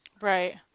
Right